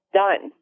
done